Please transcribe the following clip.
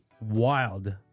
wild